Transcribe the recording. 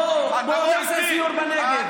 בוא, בוא נעשה סיור בנגב.